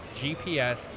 GPS